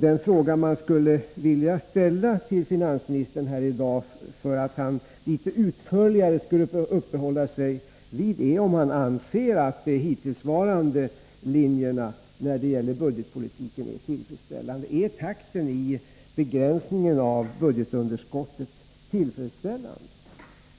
Den fråga som jag skulle vilja ställa till finansministern här i dag — för att han litet utförligare skulle uppehålla sig vid detta — är om han anser att de hittillsvarande linjerna när det gäller budgetpolitiken är tillfredsställande. Är takten i begränsningen av budgetunderskottet tillfredsställande?